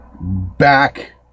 back